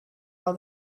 all